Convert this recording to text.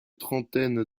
trentaine